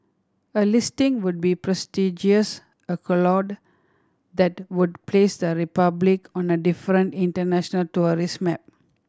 a listing would be prestigious that would place the Republic on a different international tourist map